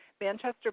Manchester